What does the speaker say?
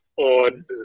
on